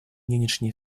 нынешней